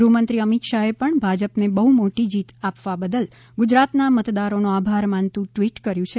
ગૃહમંત્રી અમિત શાહે પણ ભાજપને બહ્ મોટી જીત આપવા બદલ ગુજરાતના મતદારોનો આભાર માનતું ટ્વિટ કર્યું છે